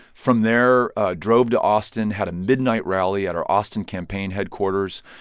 from there drove to austin, had a midnight rally at our austin campaign headquarters,